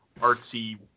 artsy